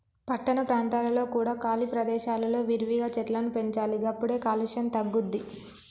పట్టణ ప్రాంతాలలో కూడా ఖాళీ ప్రదేశాలలో విరివిగా చెట్లను పెంచాలి గప్పుడే కాలుష్యం తగ్గుద్ది